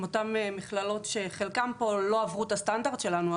עם אותן מכללות שחלקן פה לא עברו את הסטנדרט שלנו,